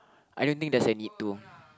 I don't think that's a need to